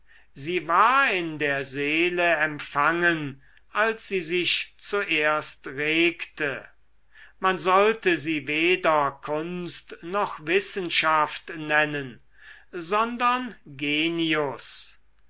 sie war in der seele empfangen als sie sich zuerst regte man sollte sie weder kunst noch wissenschaft nennen sondern genius